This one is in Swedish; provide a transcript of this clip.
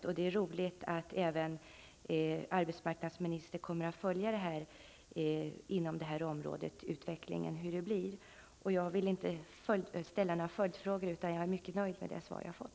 Det är roligt att arbetsmarknadsministern kommer att följa utvecklingen på detta område. Jag har inga följdfrågor att ställa, utan är alltså mycket nöjd med svaret.